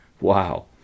Wow